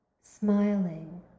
smiling